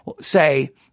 say